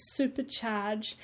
supercharge